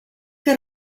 que